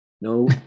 no